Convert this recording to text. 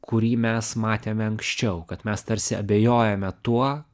kurį mes matėme anksčiau kad mes tarsi abejojame tuo